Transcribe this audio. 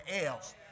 else